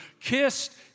kissed